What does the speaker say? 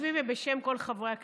בשמי ובשם כל חברי הכנסת,